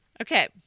Okay